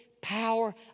power